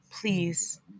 please